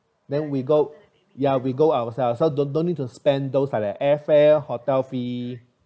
then we go ya we go ourselves so don't don't need to spend those other airfare hotel fee